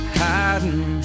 hiding